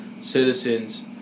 citizens